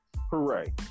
Hooray